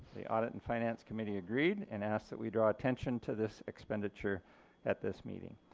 the audit and finance committee agreed and asked that we draw attention to this expenditure at this meeting.